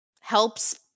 helps